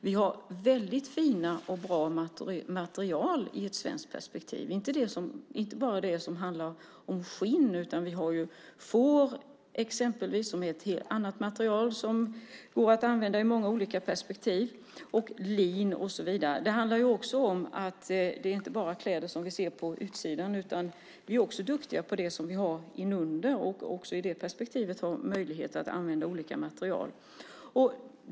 Vi har väldigt fina och bra material i ett svenskt perspektiv, inte bara det som handlar om skinn. Vi har exempelvis får. Det är ett annat material som går att använda i många olika sammanhang. Vi har lin och så vidare. Det handlar inte bara om kläder som vi ser på utsidan. Vi är också duktiga på det som vi har inunder, och också i det perspektivet har vi möjligheter att använda olika material.